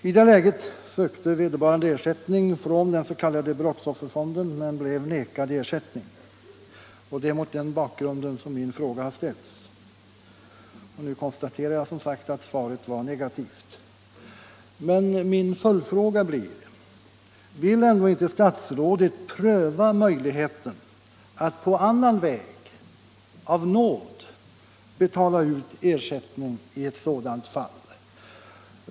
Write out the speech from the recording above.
I det läget sökte den skadade ersättning från den s.k. brottsofferfonden men blev vägrad ersättning. Det är mot den bakgrunden som min fråga har ställts. Och nu konstaterar jag som sagt att svaret är negativt. Men min följdfråga blir då: Vill statsrådet ändå inte pröva möjligheten att på annan väg, av nåd, betala ut ersättning i ett sådant fall?